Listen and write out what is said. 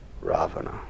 Ravana